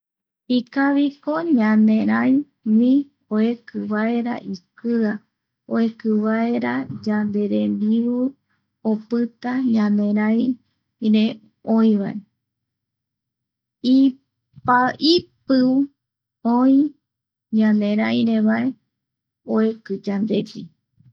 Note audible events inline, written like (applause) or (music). Ikaviko ñanerai gui oeki vaera ikia, oekivaera yanderembiu opita ñanera, ire oï vae (hesitation) ipiupï ñaneraire oivae oeki yandegui.